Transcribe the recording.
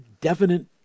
definite